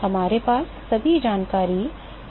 हमारे पास सभी जानकारी mdot Cp दी गई है